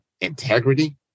integrity